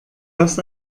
das